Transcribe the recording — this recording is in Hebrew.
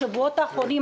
בשבועות האחרונים,